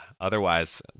otherwise